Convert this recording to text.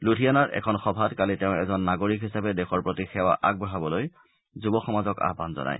লুধিয়ানাৰ এখন সভাত কালি তেওঁ এজন নাগৰিক হিচাপে দেশৰ প্ৰতি সেৱা আগবঢ়াবলৈ যুৱ সমাজক আহান জনাই